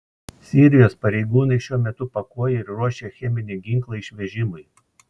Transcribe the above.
sirijos pareigūnai šiuo metu pakuoja ir ruošia cheminį ginklą išvežimui